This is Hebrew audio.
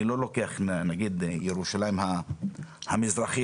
אני לא לוקח נגיד ירושלים המזרחית.